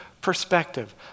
perspective